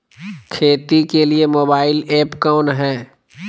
खेती के लिए मोबाइल ऐप कौन है?